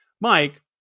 Mike